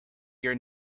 your